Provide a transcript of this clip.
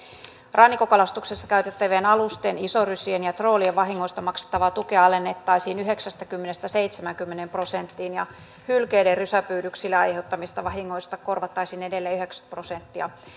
rannikkokalastuksessa käytettävien alusten isorysien ja troolien vahingoista maksettavaa tukea alennettaisiin yhdeksästäkymmenestä seitsemäänkymmeneen prosenttiin ja hylkeiden rysäpyydyksille aiheuttamista vahingoista korvattaisiin edelleen yhdeksänkymmentä prosenttia